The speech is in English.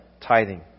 tithing